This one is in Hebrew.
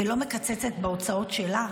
לא מקצצת בהוצאות שלה,